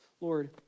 Lord